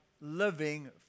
living